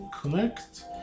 connect